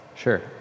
Sure